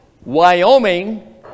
Wyoming